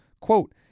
quote